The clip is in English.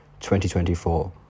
2024